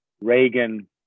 Reagan